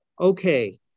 Okay